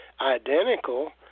identical